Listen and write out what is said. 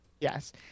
Yes